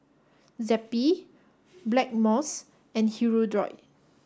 Zappy Blackmores and Hirudoid